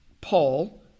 Paul